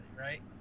right